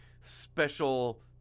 special